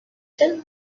him